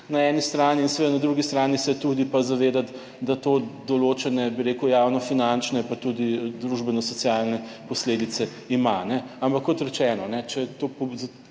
na eni strani in seveda na drugi strani se tudi pa zavedati, da to določene, bi rekel, javnofinančne pa tudi družbeno socialne posledice ima, ampak kot rečeno, če to,